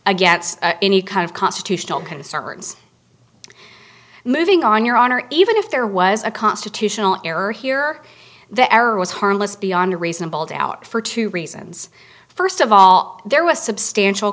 gets any kind of constitutional concerns moving on your honor even if there was a constitutional error here the error was harmless beyond a reasonable doubt for two reasons first of all there was substantial